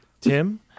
Tim